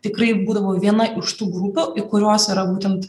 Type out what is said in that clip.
tikrai būdavo viena iš tų grupių į kuriuos yra būtent